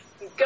Go